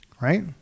Right